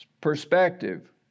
perspective